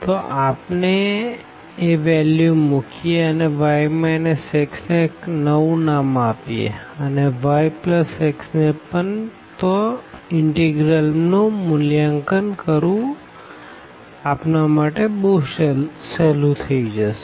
તો આપણે એ વેલ્યુ મુકીએ અનેy xને એક નવું નામ આપીએ અને yxને પણ તો ઇનટેગરલનું મૂલ્યાંકનકરવું સહેલું થઇ જશે